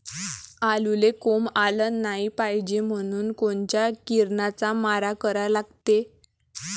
आलूले कोंब आलं नाई पायजे म्हनून कोनच्या किरनाचा मारा करा लागते?